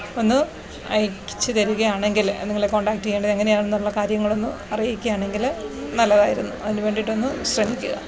ഒന്ന് അയച്ച് തരികയാണെങ്കിൽ നിങ്ങളെ കോണ്ടാക്റ്റ് ചെയ്യേണ്ടത് എങ്ങനെയാണെന്നുള്ള കാര്യങ്ങളൊന്നു അറിയിക്കുകയാണെങ്കിൽ നല്ലതായിരുന്നു അതിന് വേണ്ടിയിട്ടൊന്നു ശ്രമിക്കുക